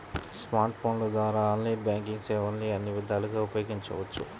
smart ఫోన్ల ద్వారా online banking సేవల్ని అన్ని విధాలుగా ఉపయోగించవచ్చు